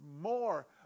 more